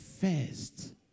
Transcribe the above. First